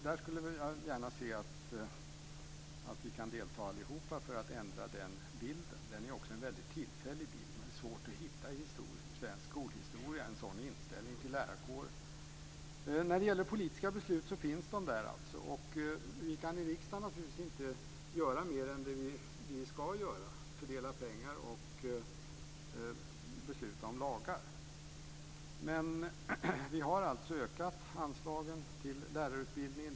Där skulle jag gärna se att vi alla kan delta för att ändra den bilden. Den är också en väldigt tillfällig bild. Det är svårt att i svensk skolhistoria hitta en sådan inställning till lärarkåren. De politiska besluten finns där. Vi kan i riksdagen naturligtvis inte göra mer än vad vi ska göra: fördela pengar och besluta om lagar. Men vi har alltså ökat anslagen till lärarutbildningen.